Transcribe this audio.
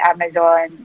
Amazon